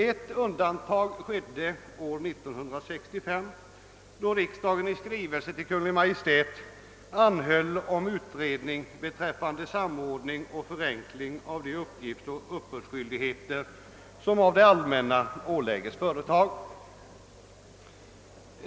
Ett undantag gjordes dock år 1965 när riksdagen i skrivelse till Kungl. Maj:t anhöll om utredning beträffande samordning och förenkling av de uppgiftsoch uppbördsskyldigheter som det allmänna ålägger företagen.